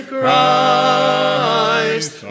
Christ